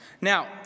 Now